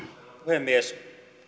puhemies